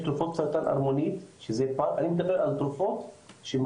יש תרופות לסרטן הערמונית,